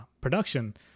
production